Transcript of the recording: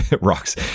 Rocks